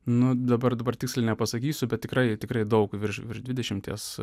nu dabar dabar tiksliai nepasakysiu bet tikrai tikrai daug virš virš dvidešimties